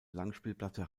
langspielplatte